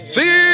See